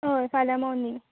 हय फाल्यां मोर्नीग